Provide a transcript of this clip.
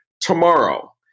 tomorrow